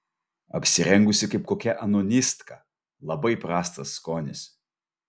apsirengusi kaip kokia anonistka labai prastas skonis